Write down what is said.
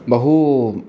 बहु